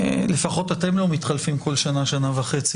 לפחות אתם לא מתחלפים כל שנה או שנה וחצי.